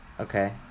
Okay